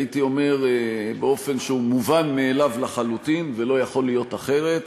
הייתי אומר באופן שהוא מובן מאליו לחלוטין ולא יכול להיות אחרת,